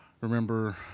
Remember